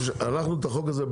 סיימנו את החוק הזה,